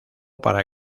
para